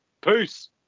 Peace